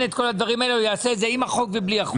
את כל הדברים האלה יעשה את זה עם החוק או בלי החוק.